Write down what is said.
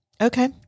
Okay